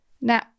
now